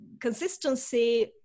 consistency